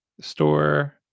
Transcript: store